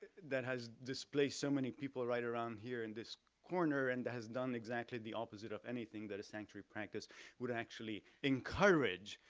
that has displaced so many people right around here in this corner and has done exactly the opposite of anything that a sanctuary practice would actually encourage,